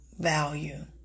Value